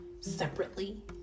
separately